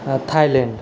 Thailand